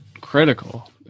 critical